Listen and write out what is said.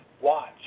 Watch